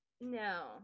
No